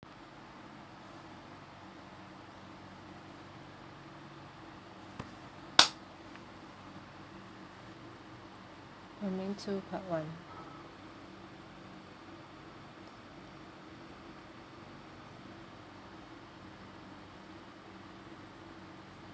domain two part one